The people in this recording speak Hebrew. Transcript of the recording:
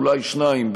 אולי שניים,